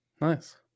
Nice